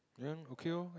then okay loh